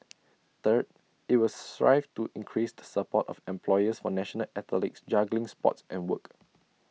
third IT will strive to increase the support of employers for national athletes juggling sports and work